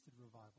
revival